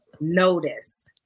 Notice